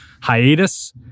hiatus